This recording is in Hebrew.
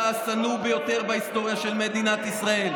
השנוא ביותר בהיסטוריה של מדינת ישראל,